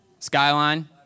Skyline